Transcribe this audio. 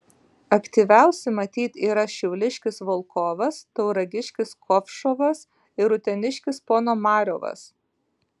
aktyviausi matyt yra šiauliškis volkovas tauragiškis kovšovas ir uteniškis ponomariovas